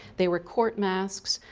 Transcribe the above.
they were court masks,